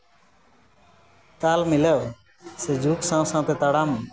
ᱛᱟᱞ ᱢᱤᱞᱟᱹᱣ ᱥᱮ ᱡᱩᱜᱽ ᱥᱟᱶ ᱥᱟᱶᱛᱮ ᱛᱟᱲᱟᱢ